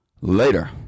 later